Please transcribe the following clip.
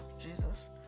Jesus